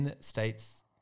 State's